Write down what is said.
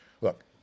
Look